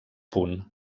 punt